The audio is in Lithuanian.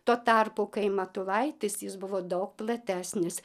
tuo tarpu kai matulaitis jis buvo daug platesnis